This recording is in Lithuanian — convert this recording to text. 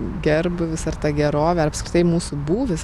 gerbūvis ar ta gerovė apskritai mūsų būvis